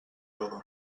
jove